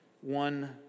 one